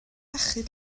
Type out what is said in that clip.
achub